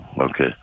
Okay